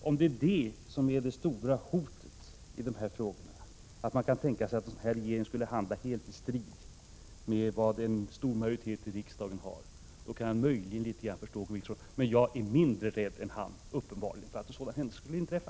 Om det är detta som är det stora hotet — att man kan tänka sig att en sådan regering skulle handla helt i strid med en uppfattning som en stor majoritet i riksdagen har — då kan jag möjligen förstå Åke Wictorsson litet grand. Men jag är uppenbarligen mindre rädd än han för att en sådan händelse skulle inträffa.